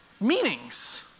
meanings